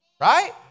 Right